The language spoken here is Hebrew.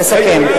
תסכם.